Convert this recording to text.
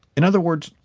in other words,